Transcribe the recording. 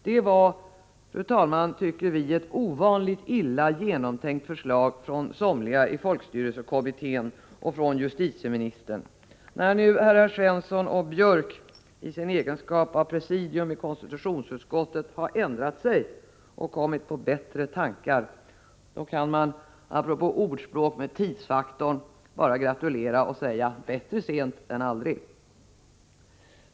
Det var ett ovanligt illa genomtänkt förslag från somliga i folkstyrelsekommittén och justitieministern, tycker vi. När nu herrar Svensson och Björck i egenskap av presidium i konstitutionsutskottet har ändrat sig och kommit på bättre tankar, kan man apropå ordspråk med tidsfaktorn bara gratulera och säga: Bättre sent än aldrig!